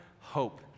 hope